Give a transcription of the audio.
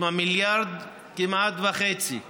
עם כמעט מיליארד וחצי תושבים,